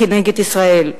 כנגד ישראל.